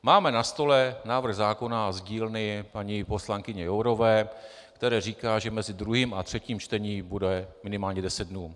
Máme na stole návrh zákona z dílny paní poslankyně Jourové, který říká, že mezi druhým a třetím čtením bude minimálně deset dnů.